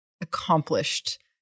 accomplished